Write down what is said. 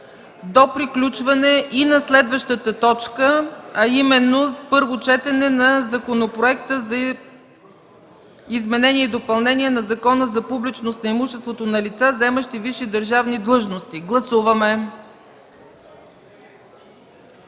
до приключване и на следващата точка, а именно Първо четене на Законопроекта за изменение и допълнение на Закона за публичност на имуществото на лица, заемащи висши държавни длъжности. Гласували